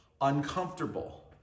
uncomfortable